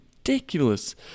ridiculous